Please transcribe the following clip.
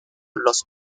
los